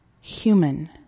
Human